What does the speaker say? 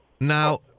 Now